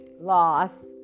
loss